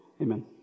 Amen